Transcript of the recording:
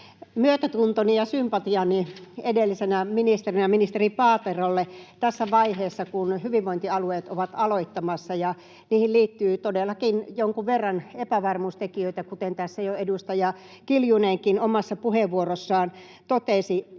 myötätuntoni ja sympatiani edellisenä ministerinä ministeri Paaterolle tässä vaiheessa, kun hyvinvointialueet ovat aloittamassa. Niihin liittyy todellakin jonkun verran epävarmuustekijöitä, kuten tässä jo edustaja Kiljunenkin omassa puheenvuorossaan totesi,